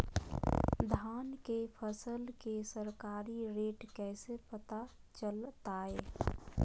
धान के फसल के सरकारी रेट कैसे पता चलताय?